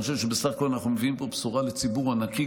אני חושב שבסך הכול אנחנו מביאים פה בשורה לציבור ענקי,